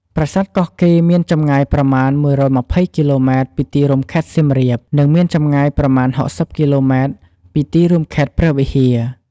ប្រាសាទកោះកេរមានចម្ងាយប្រមាណ ១២០គីឡូម៉ែត្រពីទីរួមខេត្តសៀមរាប និងមានចម្ងាយប្រមាណ ៦០គីឡូម៉ែត្រពីទីរួមខេត្តព្រះវិហារ។